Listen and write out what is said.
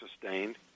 sustained